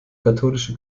katholische